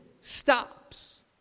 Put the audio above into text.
stops